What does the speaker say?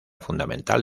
fundamental